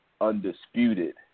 undisputed